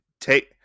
take